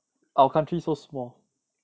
our country so small